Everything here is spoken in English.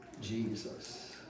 Jesus